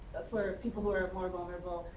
for people who are more vulnerable,